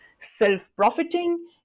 self-profiting